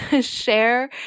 Share